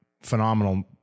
phenomenal